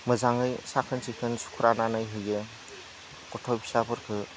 मोजाङै साखोन सिखोन सुस्रानानै होयो गथ' फिसाफोरखौ